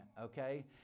okay